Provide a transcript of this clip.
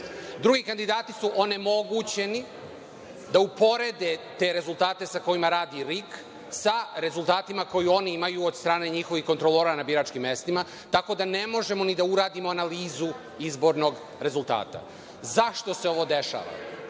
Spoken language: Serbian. Drugi kandidati su onemogućeni da uporede te rezultate sa kojima radi RIK sa rezultatima koje oni imaju od strane njihovih kontrolora na biračkim mestima, tako da ne možemo ni da uradimo analizu izbornog rezultata. Zašto se ovo dešava?